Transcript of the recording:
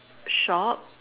shop